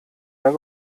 mehr